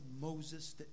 Moses